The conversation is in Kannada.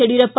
ಯಡಿಯೂರಪ್ಪ